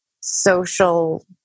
social